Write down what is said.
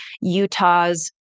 Utah's